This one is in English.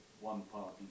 one-party